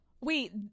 Wait